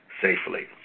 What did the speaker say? safely